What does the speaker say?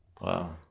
Wow